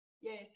yes